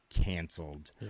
canceled